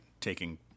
taking